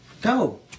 Go